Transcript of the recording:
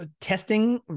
testing